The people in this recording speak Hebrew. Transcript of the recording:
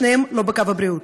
שניהם לא בקו הבריאות.